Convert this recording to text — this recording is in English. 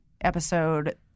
episode